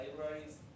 libraries